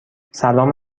سلام